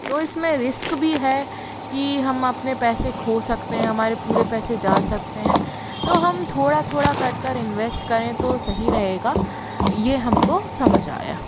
तो इस में रिस्क भी है कि हम अपने पैसे खाे सकते हैं हमारे पूरे पैसे जा सकते हैं तो हम थोड़ा थोड़ा कर कर इन्वेस्ट करें तो सही रहेगा ये हम को समझ आया